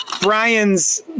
Brian's